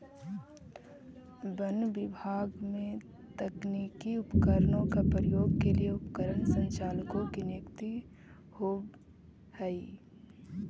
वन विभाग में तकनीकी उपकरणों के प्रयोग के लिए उपकरण संचालकों की नियुक्ति होवअ हई